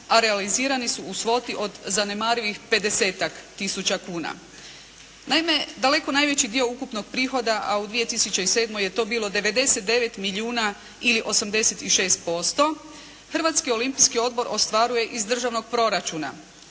a realizirani su u svoti od zanemarivih 50-tak tisuća kuna. Naime, daleko najveći dio ukupnog prihoda, a u 2007. je to bilo 99 milijuna ili 86% Hrvatski olimpijski odbor ostvaruje iz državnog proračuna,